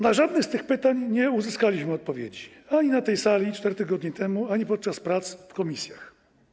Na żadne z tych pytań nie uzyskaliśmy odpowiedzi ani na tej sali 4 tygodnie temu, ani podczas prac w komisjach.